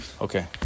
Okay